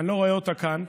אני לא רואה אותה כאן.